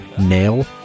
nail